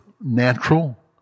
natural